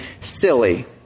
silly